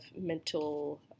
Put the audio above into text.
mental